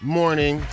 morning